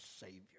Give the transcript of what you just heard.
savior